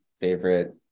favorite